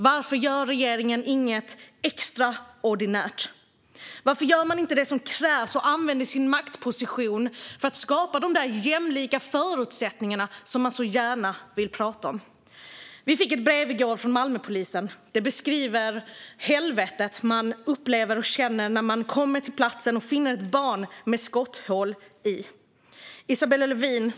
Varför gör regeringen inget extraordinärt? Varför gör man inte det som krävs och använder sin maktposition för att skapa de jämlika förutsättningar som man så gärna vill prata om? Vi fick ett brev i går från Malmöpolisen. Det beskriver helvetet man upplever och känner när man kommer till platsen och finner ett barn med skotthål i sig. Isabella Lövin!